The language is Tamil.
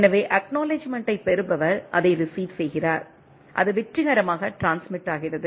எனவே அக்நௌலெட்ஜ்மெண்டைப் பெறுபவர் அதை ரீசிவ் செய்கிறார் குறிப்பு நேரம் 0856 ஐப் பார்க்கவும் அது வெற்றிகரமாக ட்ரான்ஸ்மிட்டாகிறது